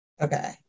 Okay